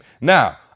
now